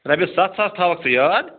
رۄپیَس سَتھ ساس تھاوَکھ ژٕ یاد